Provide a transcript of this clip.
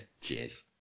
Cheers